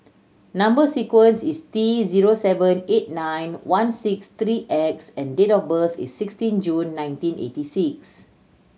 number sequence is T zero seven eight nine one six three X and date of birth is sixteen June nineteen eighty six